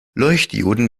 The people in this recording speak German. leuchtdioden